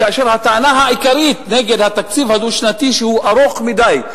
כאשר הטענה העיקרית נגד התקציב הדו-שנתי שהוא ארוך מדי.